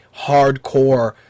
hardcore